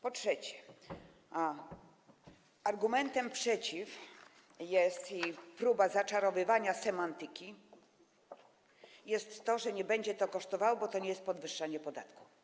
Po trzecie, argumentem przeciw jest próba zaczarowywania semantyki, tzn. że nie będzie to kosztowało, bo to nie jest podwyższenie podatku.